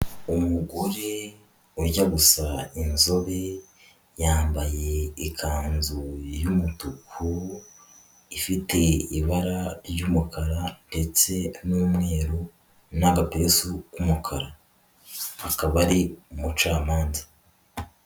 Umugore ujya gusa inzu yambaye ikanzu y'umutuku ifite ibara ry'umukara ndetse n'umweru n'agapesu k'umukara, akaba ari umucamanza.